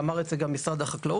אמר את זה גם משרד החקלאות.